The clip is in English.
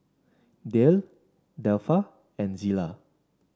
Dayle Delpha and Zela